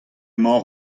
emañ